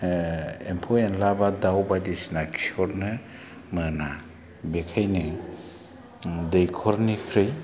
एम्फौ एनला बा दाव बायदिसिना खिहरनो मोना बेखायनो दैख'रनिख्रुइ